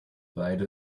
beide